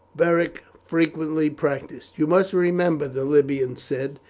beric frequently practised. you must remember, the libyan said,